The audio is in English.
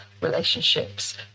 relationships